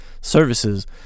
services